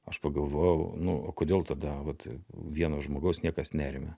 aš pagalvojau nu o kodėl tada vat vieno žmogaus niekas neremia